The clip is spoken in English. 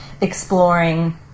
exploring